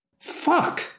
Fuck